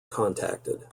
contacted